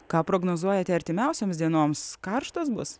ką prognozuojate artimiausioms dienoms karštos bus